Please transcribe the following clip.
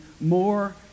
more